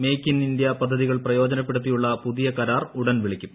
make in India പദ്ധതികൾ പ്രയോജനപ്പെടുത്തിയുള്ള പുതിയ കരാർ ഉടൻ വിളിക്കും